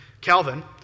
Calvin